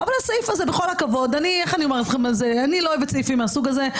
בכל הכבוד, אני לא אוהבת סעיפים מהסוג הזה.